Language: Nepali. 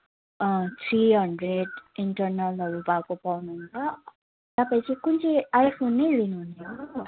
अँ थ्री हन्ड्रेड इन्टरनलहरू भएको पाउनुहुन्छ तपाईँ चाहिँ कुन चाहिँ आइफोन नै लिनुहुने हो